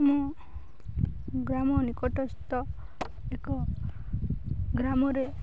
ଆମ ଗ୍ରାମ ନିକଟସ୍ଥ ଏକ ଗ୍ରାମରେ